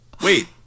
Wait